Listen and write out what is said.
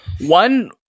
One